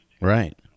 Right